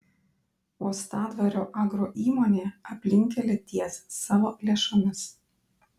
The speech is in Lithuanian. uostadvario agroįmonė aplinkkelį ties savo lėšomis